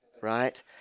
Right